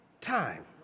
time